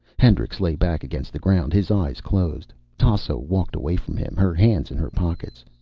hendricks lay back against the ground, his eyes closed. tasso walked away from him, her hands in her pockets.